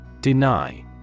Deny